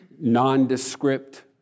nondescript